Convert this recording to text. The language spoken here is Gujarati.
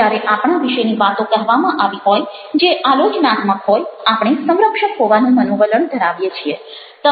જ્યારે આપણા વિશેની વાતો કહેવામાં આવી હોય જે આલોચનાત્મક હોય આપણે સંરક્ષક હોવાનું મનોવલણ ધરાવીએ છીએ